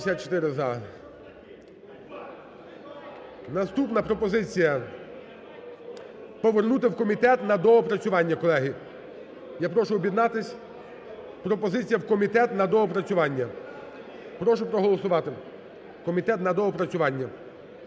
Наступна пропозиція. Повернути в комітет на доопрацювання, колеги. Я прошу об'єднатись. Пропозиція – в комітет на доопрацювання, прошу проголосувати, в комітет на доопрацювання,